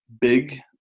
big